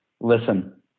listen